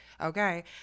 Okay